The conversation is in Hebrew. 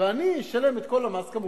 ואני אשלם את כל המס, כמובן,